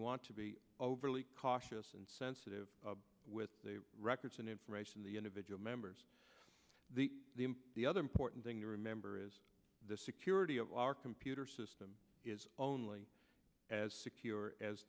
want to be overly cautious and sensitive with the records and information the individual members the the other important thing to remember is the security of our computer system is only as secure as